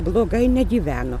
blogai negyveno